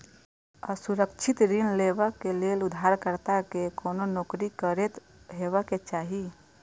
असुरक्षित ऋण लेबा लेल उधारकर्ता कें कोनो नौकरी करैत हेबाक चाही